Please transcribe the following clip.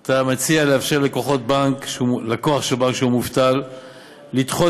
אתה מציע לאפשר ללקוח בנק שהוא מובטל לדחות